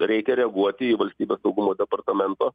reikia reaguoti į valstybės saugumo departamento